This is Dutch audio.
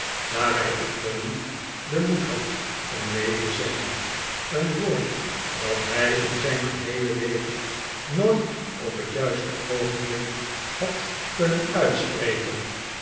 daar hij echter niet den moed had om n e e n te zeggen een woord dat hij in zijn heele leven nooit op t juiste oogenblik had kunnen uitspreken